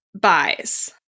buys